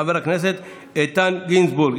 חבר הכנסת איתן גינזבורג.